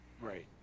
right